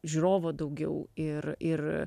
žiūrovo daugiau ir ir